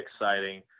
exciting